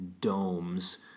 domes